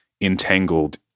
entangled